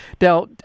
Now